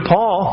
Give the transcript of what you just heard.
Paul